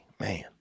Man